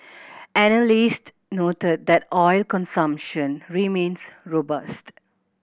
analyst noted that oil consumption remains robust